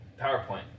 PowerPoint